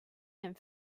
and